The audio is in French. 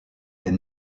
est